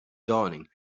dawning